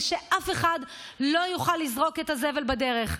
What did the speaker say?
שאף אחד לא יוכל לזרוק את הזבל בדרך.